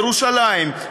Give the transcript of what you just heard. ירושלים,